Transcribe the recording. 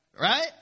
right